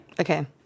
Okay